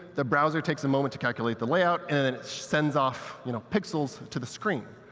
the browser takes a moment to calculate the layout, and and sends off you know pixels to the screen.